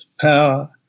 power